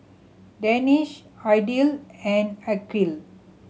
Danish Aidil and Aqil